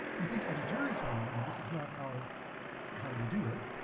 you think editeur is wrong and this is not how how you do it,